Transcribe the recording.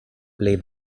play